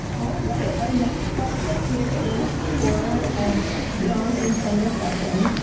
all right. our next question here is for and john and summer session.